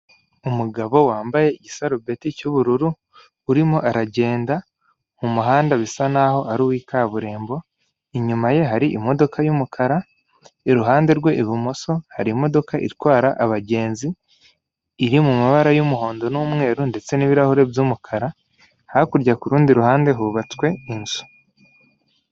Umugabo wambaye igisarubeti cy'ubururu urimo aragenda mu muhanda bisa n'aho ari uwa kaburimbo, inyuma ye hari imodoka y'umukara, iruhande rwe ibumoso hari imodoka itwara abagenzi iri mu mabara y'umuhondo n'umweru ndetse n'ibirahuri by'umukara, hakurya ku rundi ruhande hubatswe inzu.